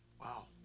wow